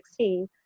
2016